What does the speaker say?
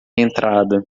entrada